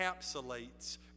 encapsulates